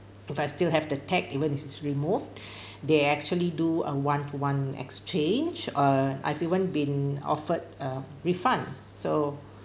if I still have the tag even if is removed they actually do a one to one exchange uh I've even been offered a refund so